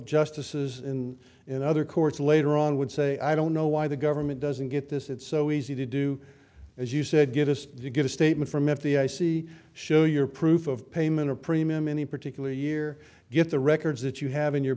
justices and other courts later on would say i don't know why the government doesn't get this it's so easy to do as you said get us you get a statement from if the i c show your proof of payment or premium any particular year get the records that you have in your